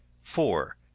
four